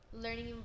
learning